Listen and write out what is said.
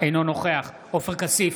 אינו נוכח עופר כסיף,